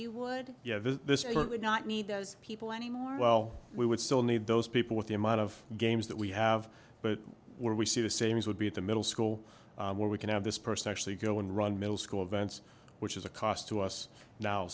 point would not need those people anymore well we would still need those people with the amount of games that we have but where we see the same as would be at the middle school where we can have this person actually go and run middle school events which is a cost to us now